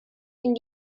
ihnen